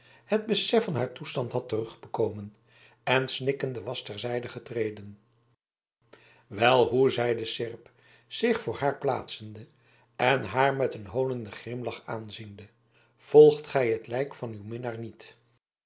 het besef van haar toestand had terugbekomen en snikkende was ter zijde getreden wel hoe zeide seerp zich voor haar plaatsende en haar met een hoonenden grimlach aanziende volgt gij het lijk van uw minnaar niet